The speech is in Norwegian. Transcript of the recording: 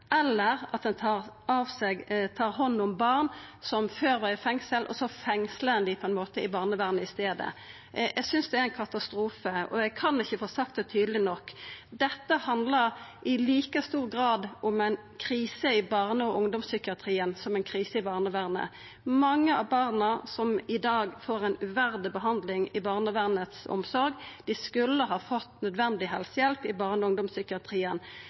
eller at ein tar hand om barn som før var i fengsel, og så fengslar ein dei på ein måte i barnevernet i staden. Eg synest det er ein katastrofe, og eg kan ikkje få sagt det tydeleg nok: Dette handlar i like stor grad om ei krise i barne- og ungdomspsykiatrien som om ei krise i barnevernet. Mange av barna som i dag får ei uverdig behandling i barnevernet si omsorg, skulle ha fått nødvendig helsehjelp i barne- og ungdomspsykiatrien.